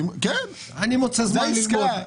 אני מוצא זמן ללמוד.